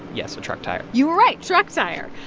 yes, a truck tire you were right truck tire.